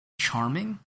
charming